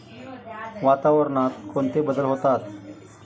वातावरणात कोणते बदल होतात?